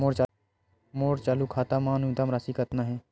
मोर चालू खाता मा न्यूनतम राशि कतना हे?